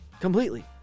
Completely